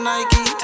Nike